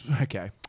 okay